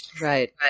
Right